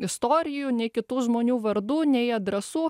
istorijų nei kitų žmonių vardų nei adresų